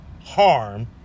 harm